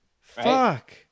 Fuck